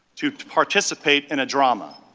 to participate in a drama.